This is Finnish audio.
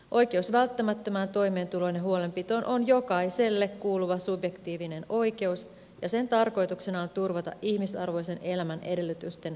oikeus välttämättömään toimeentuloon ja huolenpitoon on jokaiselle kuuluva subjektiivinen oikeus ja sen tarkoituksena on turvata ihmisarvoi sen elämän edellytysten vähimmäistaso